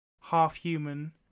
half-human